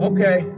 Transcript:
Okay